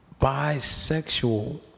Bisexual